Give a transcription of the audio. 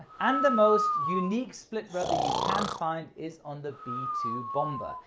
and the most unique split rudder you can find, is on the b two bomber,